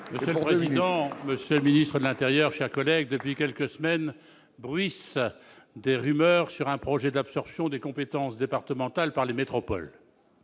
et Territoires. Monsieur le ministre de l'intérieur, depuis quelques semaines bruissent des rumeurs sur un projet d'absorption des compétences départementales par les métropoles.